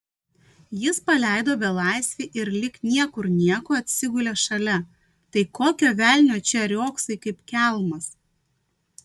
jis paleido belaisvį ir lyg niekur nieko atsigulė šalia tai kokio velnio čia riogsai kaip kelmas